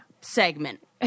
segment